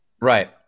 Right